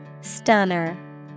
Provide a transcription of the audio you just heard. Stunner